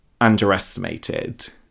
underestimated